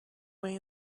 way